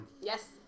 Yes